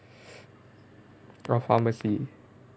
orh pharmacy